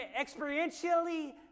experientially